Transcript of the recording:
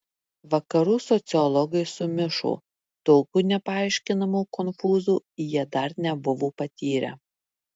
vakarų sociologai sumišo tokio nepaaiškinamo konfūzo jie dar nebuvo patyrę